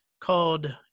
called